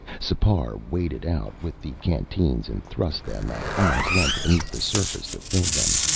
sipar waded out with the canteens and thrust them at arm's length beneath the surface to fill them.